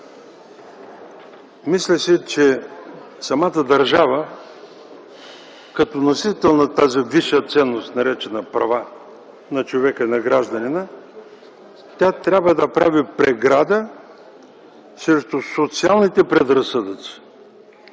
Мисля си, че самата държава като носител на тази висша ценност, наречена права на човека, на гражданина, трябва да прави преграда срещу социалните предразсъдъци